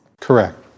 Correct